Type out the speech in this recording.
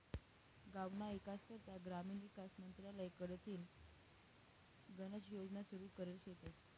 गावना ईकास करता ग्रामीण ईकास मंत्रालय कडथीन गनच योजना सुरू करेल शेतस